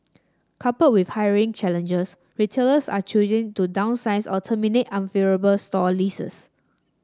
coupled with hiring challenges retailers are choosing to downsize or terminate unfavourable store leases